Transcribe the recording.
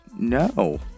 No